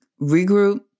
regroup